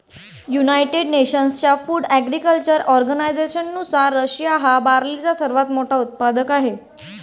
United नेशन्सच्या food agriculture ऑर्गनायझेशननुसार, Russia हा बार्लीचा सर्वात मोठा उत्पादक आहे